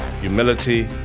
humility